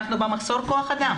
אנחנו במחסור כוח אדם.